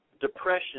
depression